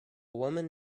woman